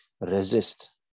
resist